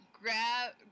grab